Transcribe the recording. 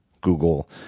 Google